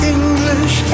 English